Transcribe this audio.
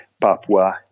Papua